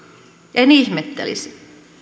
en ihmettelisi